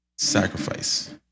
Sacrifice